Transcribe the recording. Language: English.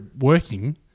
working